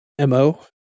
MO